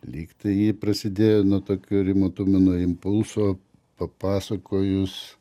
lygtai ji prasidėjo nuo tokio rimo tumino impulso papasakojus